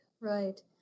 right